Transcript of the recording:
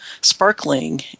sparkling